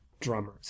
Drummers